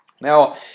Now